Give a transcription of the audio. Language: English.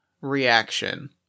reaction